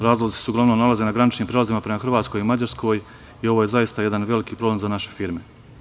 Razlozi su uglavnom nalaze na graničnim prelazima prema Hrvatskoj, Mađarskoj i ovo je zaista jedan veliki problem za naše firme.